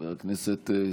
האי-אמון, את ההצבעות?